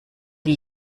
die